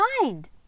mind